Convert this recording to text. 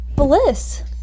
Bliss